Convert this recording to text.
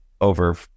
over